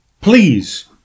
please